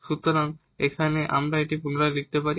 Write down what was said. সুতরাং এখানে আমরা এটি পুনরায় লিখতে পারি